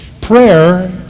Prayer